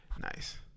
Nice